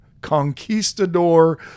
conquistador